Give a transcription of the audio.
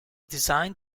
designed